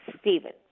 Stephen